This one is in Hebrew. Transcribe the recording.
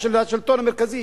ושל השלטון המרכזי,